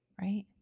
right